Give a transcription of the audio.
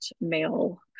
male